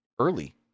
early